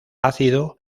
ácido